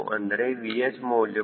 ಅಂದರೆ VH ಮೌಲ್ಯವು 0